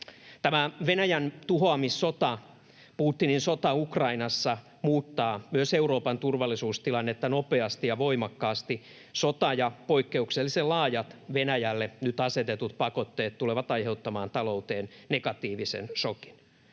Tämä Venäjän tuhoamissota, Putinin sota Ukrainassa, muuttaa myös Euroopan turvallisuustilannetta nopeasti ja voimakkaasti. Sota ja poikkeuksellisen laajat Venäjälle nyt asetetut pakotteet tulevat aiheuttamaan talouteen negatiivisen šokin.